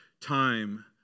time